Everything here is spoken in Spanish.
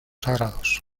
sagrados